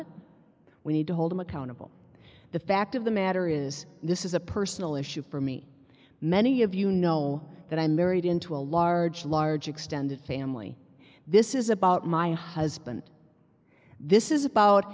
it we need to hold them accountable the fact of the matter is this is a personal issue for me many of you know that i married into a large large extended family this is about my husband this is about